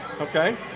Okay